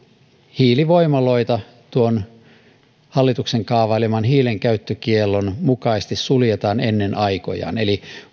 hiilivoimaloita hallituksen kaavaileman hiilenkäyttökiellon mukaisesti suljetaan ennen aikojaan eli